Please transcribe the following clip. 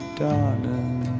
darling